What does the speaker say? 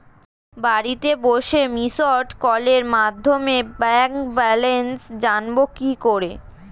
বাড়িতে বসে মিসড্ কলের মাধ্যমে ব্যাংক ব্যালেন্স জানবো কি করে?